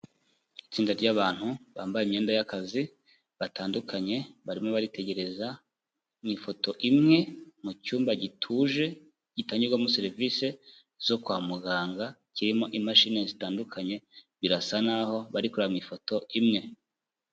Itsinda ryabantu bambaye imyenda y'akazi batandukanye, barimo baritegereza mu ifoto imwe mu cyumba gituje gitangirwamo serivisi zo kwa muganga, kirimo imashini zitandukanye, birasa naho bari kureba mu ifoto imwe.